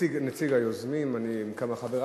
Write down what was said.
נציג היוזמים, אני עם כמה מחברי.